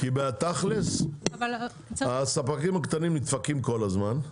כי בתכלס הספקים הקטנים נדפקים כל הזמן,